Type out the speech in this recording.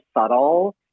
subtle